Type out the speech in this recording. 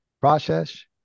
process